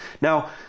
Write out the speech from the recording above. Now